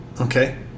okay